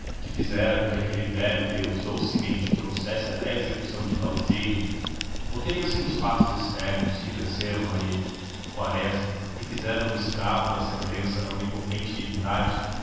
que fizera com que aquele velho deus docilmente o trouxesse até à execução de tal desígnio ou teriam sido os fatos externos que venceram a ele quaresma e fizeram no escravo da sentença da onipotente divindade